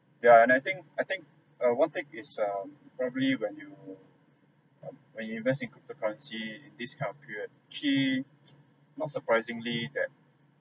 yeah and I think I think err one thing is um probably when you um when you invest in cryptocurrency in this kind of period actually not surprisingly that